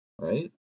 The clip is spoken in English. Right